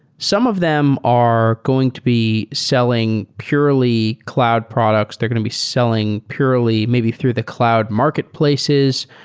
some of them are going to be selling purely cloud products. they're going to be selling purely maybe through the cloud marketplaces.